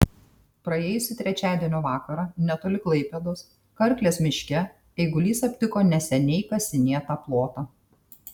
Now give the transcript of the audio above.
praėjusį trečiadienio vakarą netoli klaipėdos karklės miške eigulys aptiko neseniai kasinėtą plotą